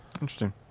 Interesting